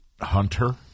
Hunter